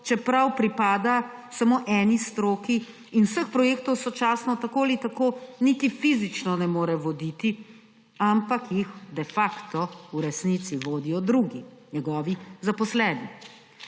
čeprav pripada samo eni stroki in vseh projektov sočasno tako ali tako niti fizično ne more voditi, ampak jih de facto v resnici vodijo drugi, njegovi zaposleni.